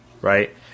Right